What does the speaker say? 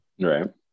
Right